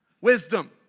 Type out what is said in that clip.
Wisdom